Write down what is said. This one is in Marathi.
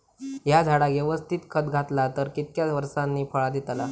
हया झाडाक यवस्तित खत घातला तर कितक्या वरसांनी फळा दीताला?